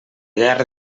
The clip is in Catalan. llar